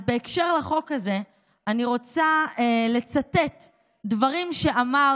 אז בהקשר לחוק הזה אני רוצה לצטט דברים שאמר